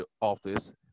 office